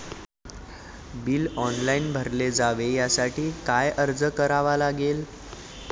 Bill online भरले जावे यासाठी काय अर्ज करावा लागेल?